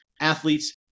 athletes